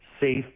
safe